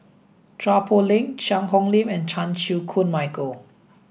Chua Poh Leng Cheang Hong Lim and Chan Chew Koon Michael